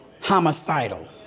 Homicidal